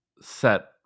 set